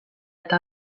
eta